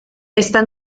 está